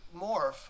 morph